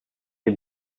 des